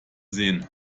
sehen